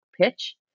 pitch